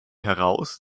heraus